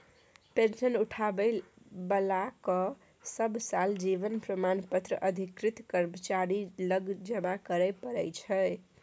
pension उठाबै बलाकेँ सब साल जीबन प्रमाण पत्र अधिकृत कर्मचारी लग जमा करय परय छै